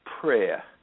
prayer